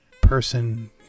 person